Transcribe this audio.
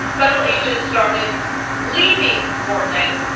federal agents started leaving portland.